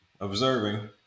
observing